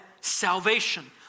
salvation